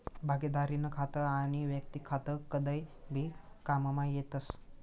भागिदारीनं खातं आनी वैयक्तिक खातं कदय भी काममा येतस